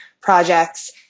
projects